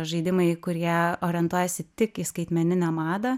žaidimai kurie orientuojasi tik į skaitmeninę madą